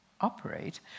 operate